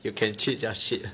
you can cheat just cheat